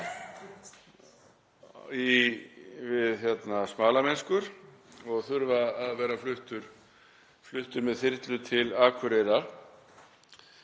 í smalamennsku og þurfa að vera fluttur með þyrlu til Akureyrar.